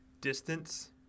distance